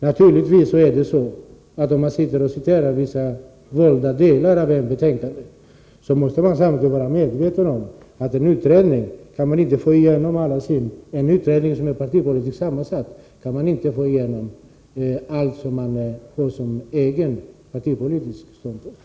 Naturligtvis är det så, att om man citerar valda delar av ett betänkande måste man samtidigt vara medveten om att i en partipolitiskt sammansatt utredning kan ingen få igenom alla sina egna partipolitiska ståndpunkter.